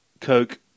coke